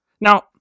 Now